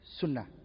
Sunnah